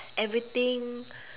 everything